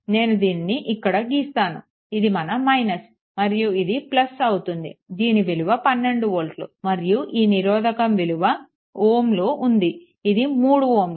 నేను దీనిని ఇక్కడ గీస్తాను ఇది మన - మరియు ఇది అవుతుంది దీని విలువ 12 వోల్ట్లు మరియు ఈ నిరోధకం విలువ Ω లో ఉంది ఇది 3 Ω